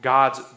God's